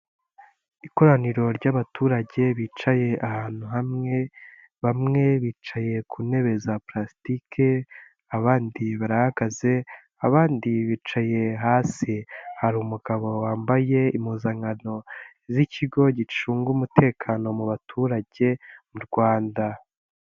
Ikoraniro ry'abaturage bicaye ahantu hamwe, bamwe bicaye ku ntebe za pulasitike, abandi barahagaze abandi bicaye hasi, hari umugabo wambaye impuzankano z'ikigo gicunga umutekano mu baturage mu Rwanda.